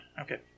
Okay